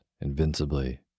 invincibly